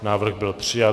Návrh byl přijat.